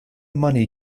money